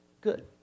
good